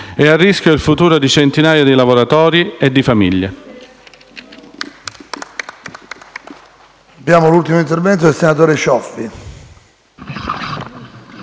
È a rischio il futuro di centinaia di lavoratori e di famiglie.